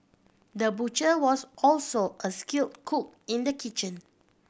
the butcher was also a skill cook in the kitchen